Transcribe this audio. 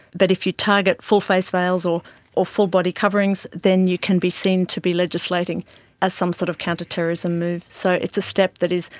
but if you target full-face veils or or full-body coverings, then you can be seen to be legislating as some sort of counterterrorism move. so it's a step that is,